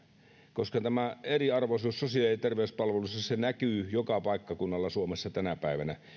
koska tämä eriarvoisuus sosiaali ja terveyspalveluissa näkyy joka paikkakunnalla suomessa tänä päivänä